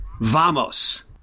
Vamos